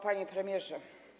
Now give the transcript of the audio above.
Panie Premierze!